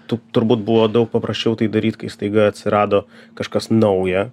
tu turbūt buvo daug paprasčiau tai daryt kai staiga atsirado kažkas nauja